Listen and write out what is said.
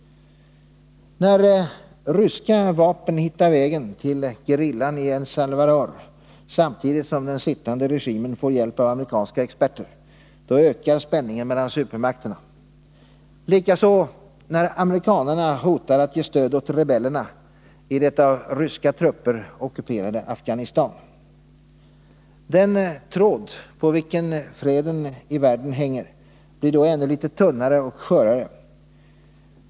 När ryska vapen hittar vägen till gerillan i El Salvador samtidigt som den sittande regimen får hjälp av amerikanska experter ökar spänningen mellan supermakterna. Likaså när amerikanerna hotar att ge stöd åt rebellerna i det av ryska trupper ockuperade Afghanistan. Den tråd på vilken freden i världen hänger blir då ännu litet tunnare och skörare.